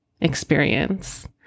experience